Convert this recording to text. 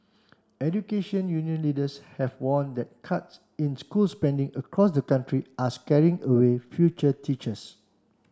education union leaders have warned that cuts in school spending across the country are scaring away future teachers